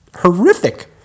horrific